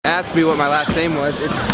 asked me what my last name was its.